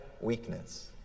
weakness